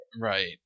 Right